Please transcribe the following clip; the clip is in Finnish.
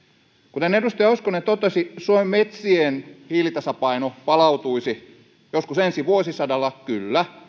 kuten edustaja hoskonen totesi suomen metsien hiilitasapaino palautuisi joskus ensi vuosisadalla kyllä